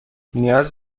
نیاز